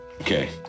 Okay